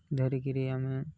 ଧରିକରି ଆମେ